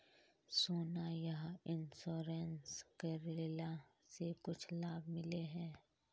सोना यह इंश्योरेंस करेला से कुछ लाभ मिले है?